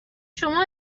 شما